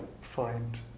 find